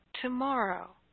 tomorrow